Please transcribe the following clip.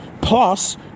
plus